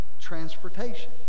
Transportation